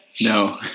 No